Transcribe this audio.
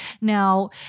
Now